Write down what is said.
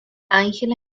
angela